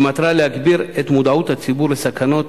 במטרה להגביר את מודעות הציבור לסכנות